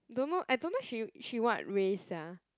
don't know I don't know she she what race sia